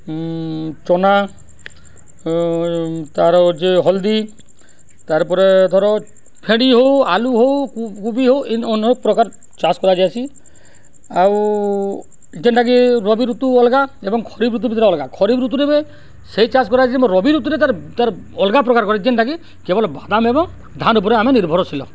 ଚନା ତା'ପରେ ହଉଛେ ହଲ୍ଦି ତାର୍ ପରେ ଧର ଭେଣ୍ଡି ହଉ ଆଲୁ ହଉ କୁବି ହଉ ଏନ୍ତି ଅନେକ ପ୍ରକାର ଚାଷ କରାଯାଏସି ଆଉ ଯେନ୍ଟାକି ରବି ଋତୁ ଅଲ୍ଗା ଏବଂ ଖରିଫ୍ ଋତୁ ବି ଅଲ୍ଗା ଖରିଫ୍ ଋତୁରେ ସେଇ ଚାଷ୍ କରାଯାଏସି କିମ୍ବା ରବି ଋତୁରେ ତାର୍ ତାର୍ ଅଲ୍ଗା ପ୍ରକାର୍ କି ଯେନ୍ଟାକି କେବଳ୍ ବାଦାମ୍ ଏବଂ ଧାନ୍ ଉପ୍ରେ ଆମେ ନିର୍ଭରଶୀଳ